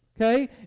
Okay